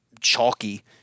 chalky